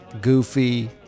goofy